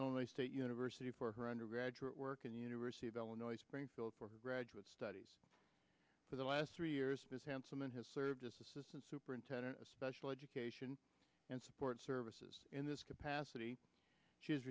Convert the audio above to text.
only state university for her undergraduate work and the university of illinois springfield for graduate studies for the last three years is handsome and has served as assistant superintendent of special education and support services in this capacity she is